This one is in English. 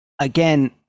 again